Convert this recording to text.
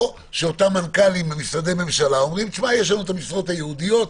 או שמנכ"לים במשרדי הממשלה אומרים: יש לנו את המשרות הייעודיות,